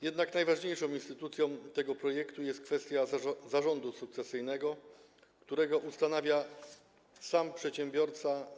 Jednak najważniejszą instytucją tego projektu jest kwestia zarządu sukcesyjnego, który za życia ustanawia sam przedsiębiorca.